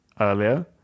earlier